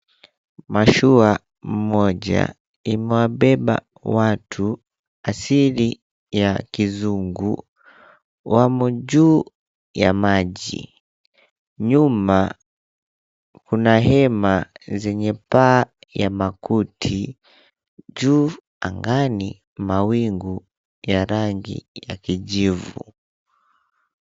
Mashua moja imewabeba watu asili ya kizungu wamo juu ya maji. Nyuma kuna hema zenye paa ya makuti. Juu angani mawingu ya rangi ya kijivu.